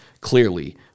clearly